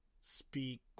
speak